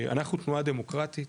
אנחנו תנועה דמוקרטית,